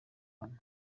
hano